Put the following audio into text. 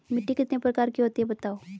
मिट्टी कितने प्रकार की होती हैं बताओ?